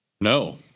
No